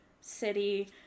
city